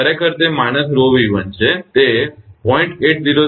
ખરેખર તે −𝜌𝑉1 છે તે 0